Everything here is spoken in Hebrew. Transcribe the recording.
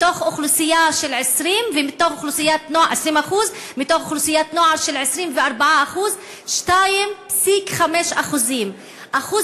מתוך אוכלוסייה של 20% ומתוך אוכלוסיית נוער של 24% 2.5%. אחוז